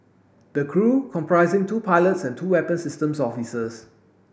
the crew comprising two pilots and two weapon systems officers